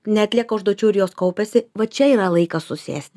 neatlieka užduočių ir jos kaupiasi va čia yra laikas susėst